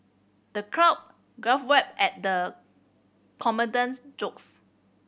the crowd guffawed at the comedian's jokes